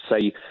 say